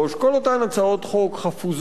כל אותן הצעות חוק חפוזות,